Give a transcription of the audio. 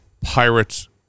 Pirates